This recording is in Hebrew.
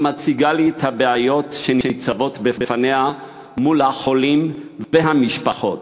היא מציגה לי את הבעיות שניצבות בפניה מול החולים והמשפחות,